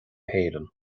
héireann